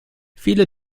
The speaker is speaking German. viele